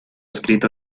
escrita